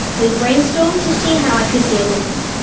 we brainstormed to see how i could deal with him.